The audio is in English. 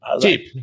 Cheap